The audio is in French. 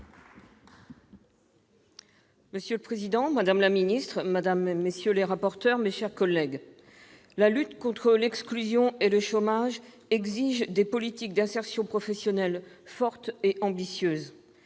Monsieur le président, madame la ministre, madame, messieurs les rapporteurs, mes chers collègues, la lutte contre l'exclusion et le chômage exige des politiques d'insertion professionnelle fortes et ambitieuses.